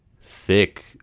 thick